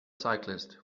cyclists